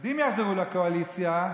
כשהחרדים יחזרו לקואליציה,